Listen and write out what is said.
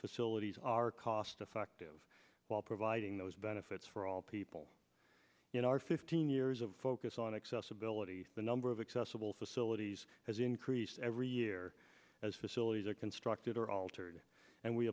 facilities are cost effective while providing those benefits for all people in our fifteen years of focus on accessibility the number of accessible facilities has increased every year as facilities are constructed or altered and we